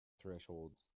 Thresholds